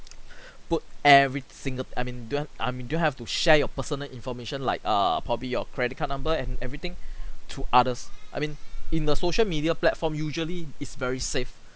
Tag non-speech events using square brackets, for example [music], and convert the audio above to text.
[breath] put every single I mean don't have I mean you don't have to share your personal information like err probably your credit card number and everything to others I mean in the social media platform usually is very safe